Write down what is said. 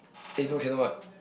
eh no cannot